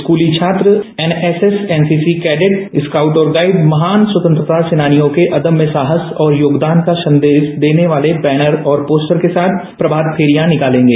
स्कूली छात्र NSS NCC cadet scout और गाइड महान स्वतंत्रता सेनानियों के अदम्य साहस और योगदान का संदेश देने वाले बैनर और पोस्टर के साथ प्रमात फेरियां निकालेंगे